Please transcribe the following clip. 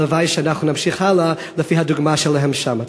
הלוואי שאנחנו נמשיך הלאה לפי הדוגמה שלהם שם.